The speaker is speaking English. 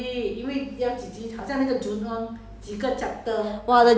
一集一集的 lor I think considered movie lah